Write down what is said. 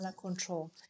control